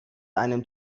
einem